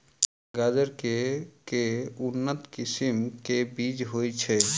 गाजर केँ के उन्नत किसिम केँ बीज होइ छैय?